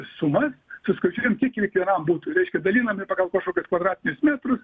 suma suskaičiuojam kiek yra kiekvienam butui reiškia dalinami pagal kažkokius kvadratinius metrus